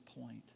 point